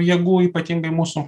jėgų ypatingai mūsų